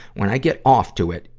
when i get off to it,